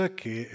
che